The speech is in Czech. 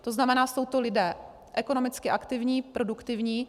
To znamená, jsou to lidé ekonomicky aktivní, produktivní.